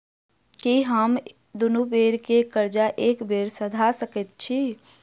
की हम दुनू बेर केँ कर्जा एके बेर सधा सकैत छी?